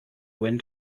wind